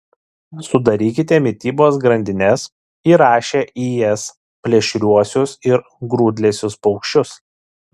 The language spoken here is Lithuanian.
sudarykite mitybos grandines įrašę į jas plėšriuosius ir grūdlesius paukščius